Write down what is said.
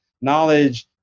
knowledge